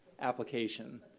application